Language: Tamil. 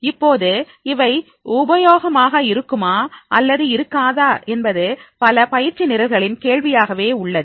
இப்போது இவை உபயோகமாக இருக்குமா அல்லது இருக்காதா என்பது பல பயிற்சி நிரல்களின் கேள்வியாகவே உள்ளது